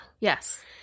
Yes